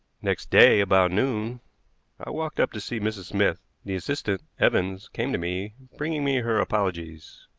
next day about noon i walked up to see mrs. smith. the assistant, evans, came to me, bringing me her apologies.